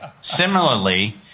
Similarly